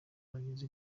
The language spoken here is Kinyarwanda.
bagize